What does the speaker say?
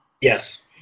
Yes